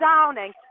Downing